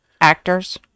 actors